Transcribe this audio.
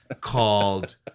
called